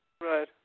Right